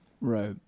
Right